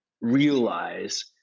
realize